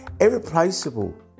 irreplaceable